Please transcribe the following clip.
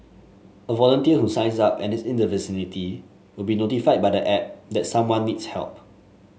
a volunteer who signs up and is in the vicinity will be notified by the app that someone needs help